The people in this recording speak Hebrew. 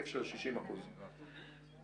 של 60% כפי שאתה אומר?